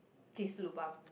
this lobang